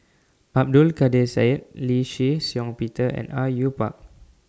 Abdul Kadir Syed Lee Shih Shiong Peter and Au Yue Pak